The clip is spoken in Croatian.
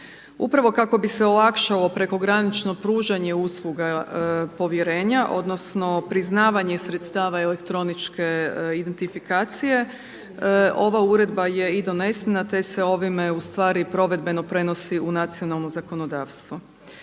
Upravo kako bi se olakšalo prekogranično pružanje usluga povjerenja, odnosno priznavanje sredstava elektroničke identifikacije ova uredba je i donesena te se ovime ustvari provedbeno prenosi u nacionalno zakonodavstvo.